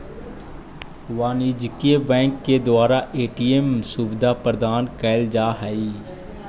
वाणिज्यिक बैंक के द्वारा ए.टी.एम सुविधा प्रदान कैल जा हइ